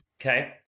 Okay